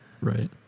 Right